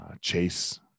Chase